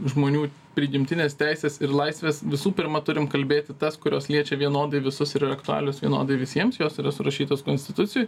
žmonių prigimtinės teisės ir laisvės visų pirma turim kalbėti tas kurios liečia vienodai visus ir yra aktualios vienodai visiems jos yra surašytos konstitucijoj